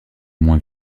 moins